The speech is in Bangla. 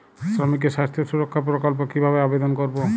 শ্রমিকের স্বাস্থ্য সুরক্ষা প্রকল্প কিভাবে আবেদন করবো?